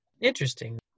Interesting